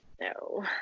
no